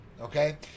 okay